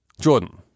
Jordan